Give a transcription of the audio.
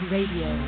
Radio